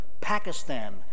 Pakistan